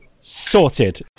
sorted